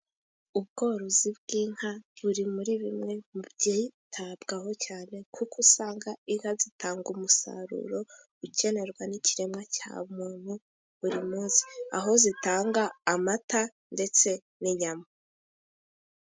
Ubworozi bw'inka buri muri bimwe mu byitabwaho cyane, kuko usanga inka zitanga umusaruro ukenerwa n'ikiremwa cya muntu buri munsi aho zitanga amata ndetse n'inyama.